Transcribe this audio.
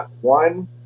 one